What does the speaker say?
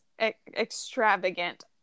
extravagant